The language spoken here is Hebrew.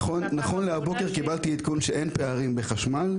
נכון להבוקר קיבלתי עדכון שאין פערים בחשמל.